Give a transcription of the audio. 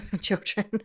children